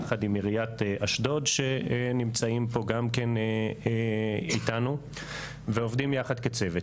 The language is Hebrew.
יחד עם עיריית אשדוד שנמצאים פה גם כן איתנו ועובדים יחד כצוות.